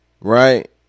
right